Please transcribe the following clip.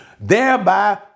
thereby